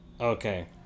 Okay